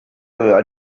aveva